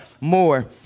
more